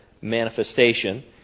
manifestation